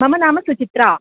मम नाम सुचित्रा